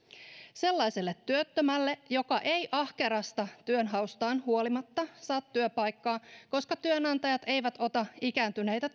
sellaiselle työttömälle joka ei ahkerasta työnhaustaan huolimatta saa työpaikkaa koska työnantajat eivät ota ikääntyneitä